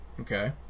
Okay